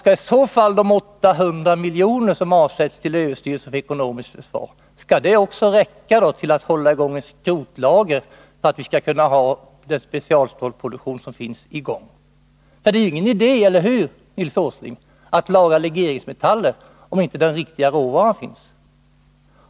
Skall i så fall de 800 milj.kr. som avsatts till överstyrelsen för ekonomiskt försvar räcka till att hålla i gång ett skrotlager så att vi skall kunna ha den specialstålsproduktion som finns i gång? Det är ingen idé, eller hur, Nils Åsling, att lagra legeringsmetaller, om inte den riktiga råvaran finns.